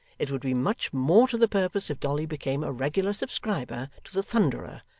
it would be much more to the purpose if dolly became a regular subscriber to the thunderer,